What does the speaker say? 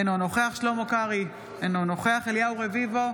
אינו נוכח שלמה קרעי, אינו נוכח אליהו רביבו,